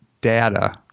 data